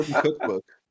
cookbook